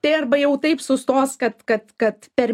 tai arba jau taip sustos kad kad kad per